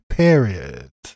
period